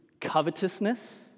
covetousness